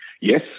Yes